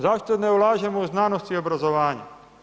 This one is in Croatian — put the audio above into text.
Zašto ne ulažemo u znanost i obrazovanje?